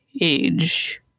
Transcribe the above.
age